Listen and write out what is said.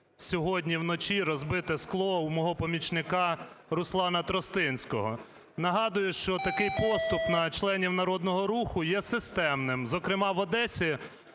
сьогодні вночі розбите скло у мого помічника Руслана Тростинського. Нагадую, що такий поступ на членів Народного Руху є системним. Зокрема в Одесі